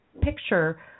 picture